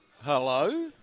Hello